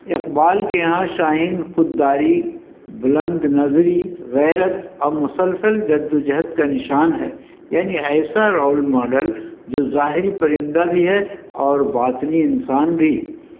اقبال کے یہاں شاہین خودداری بلند نظری غیرت اور مسلسل جد و جہد کا نشان ہے یعنی ایسا رول ماڈل جو ظاہری پرندہ بھی ہے اور باطنی انسان بھی